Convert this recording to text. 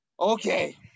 Okay